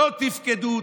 לא תפקדו,